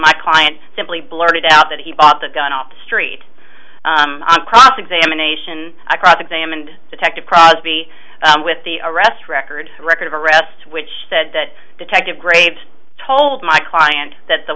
my client simply blurted out that he bought the gun off the street examination i cross examined detective proud to be with the arrest record record of arrest which said that detective graves told my client that the